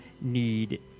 need